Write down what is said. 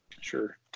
Sure